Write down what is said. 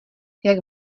jak